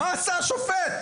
מה עשה השופט?